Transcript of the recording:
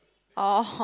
oh